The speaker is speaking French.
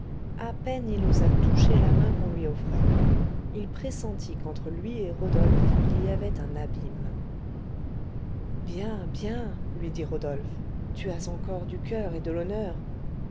à peine il osa toucher la main qu'on lui offrait il pressentit qu'entre lui et rodolphe il y avait un abîme bien bien lui dit rodolphe tu as encore du coeur et de l'honneur